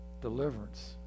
deliverance